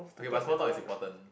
okay but small talk is important